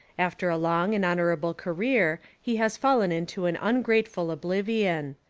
after a long and honourable career he has fallen into an ungrateful ob livion.